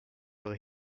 are